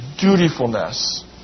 dutifulness